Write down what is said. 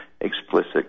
explicit